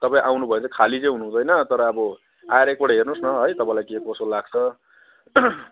तपाईँ आउनुभयो भने खाली चाहिँ हुनुहुँदैन तर अब आएर एकपल्ट हेर्नुहोस् न है तपाईँलाई के कस्तो लाग्छ